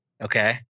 Okay